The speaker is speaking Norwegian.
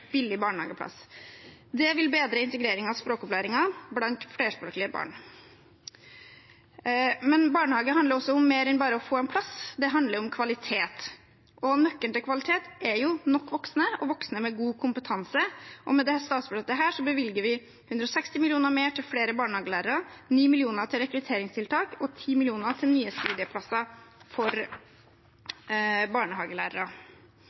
billig barnehageplass. Det vil bedre integreringen og språkopplæringen blant flerspråklige barn. Men barnehage handler om mer enn bare å få en plass. Det handler om kvalitet, og nøkkelen til kvalitet er nok voksne og voksne med god kompetanse. Med dette statsbudsjettet bevilger vi 160 mill. kr mer til flere barnehagelærere, 9 mill. kr til rekrutteringstiltak og 10 mill. kr til nye studieplasser for barnehagelærere.